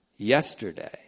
Yesterday